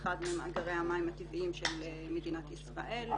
אחד ממאגרי המים הטבעיים של מדינת ישראל,